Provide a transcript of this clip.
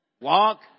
Walk